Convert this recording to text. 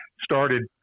started